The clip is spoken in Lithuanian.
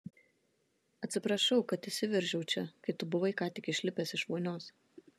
atsiprašau kad įsiveržiau čia kai tu buvai ką tik išlipęs iš vonios